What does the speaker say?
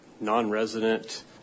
non-resident